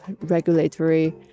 regulatory